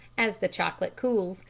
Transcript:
as the chocolate cools,